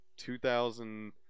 2000